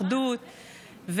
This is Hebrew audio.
אחדות,